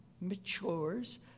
matures